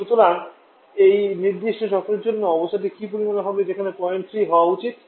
সুতরাং এই নির্দিষ্ট চক্রের জন্য অবস্থাটি কী হবে যেখানে পয়েন্ট 3 হওয়া উচিত